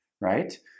right